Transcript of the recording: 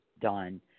done